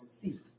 see